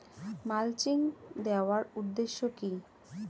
Mulching দেওয়ার উদ্দেশ্য কি?